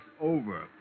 over